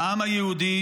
העם היהודי,